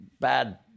bad